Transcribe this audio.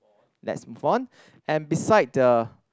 let's move on and beside